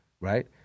right